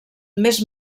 més